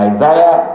Isaiah